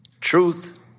truth